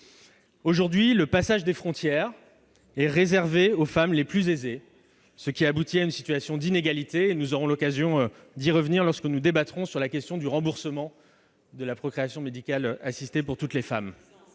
Aujourd'hui, le passage des frontières est réservé aux femmes les plus aisées, ce qui aboutit à une situation d'inégalité- nous aurons l'occasion d'y revenir lorsque nous débattrons de la question du remboursement de la procréation médicale assistée pour toutes les femmes.